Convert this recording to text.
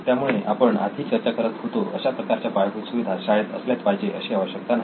त्यामुळे आपण आधी चर्चा करत होतो अशा प्रकारच्या पायाभूत सुविधा शाळेत असल्याच पाहिजे अशी आवश्यकता नाही